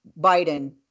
Biden